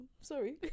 Sorry